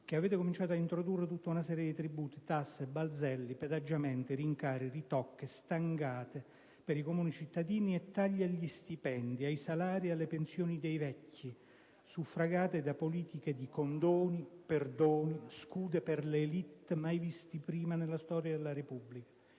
che avete cominciato ad introdurre tutta una serie di tributi, tasse, balzelli, pedaggiamenti, rincari, ritocchi, stangate per i comuni cittadini e tagli agli stipendi, ai salari e alle pensioni dei vecchi, suffragati da politiche di condoni, perdoni, scudi per le *élites* mai visti prima nella storia di Repubblica.